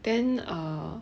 then err